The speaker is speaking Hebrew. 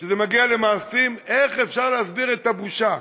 כשזה מגיע למעשים, איך אפשר להסביר את הבושה?